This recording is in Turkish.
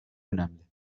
önemli